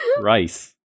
rice